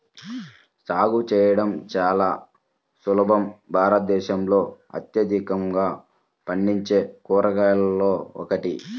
సాగు చేయడం చాలా సులభం భారతదేశంలో అత్యధికంగా పండించే కూరగాయలలో ఒకటి